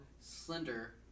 slender